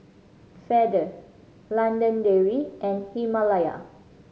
Feather London Dairy and Himalaya